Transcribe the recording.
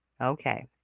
Okay